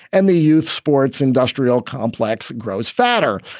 and the youth sports industrial complex grows fatter.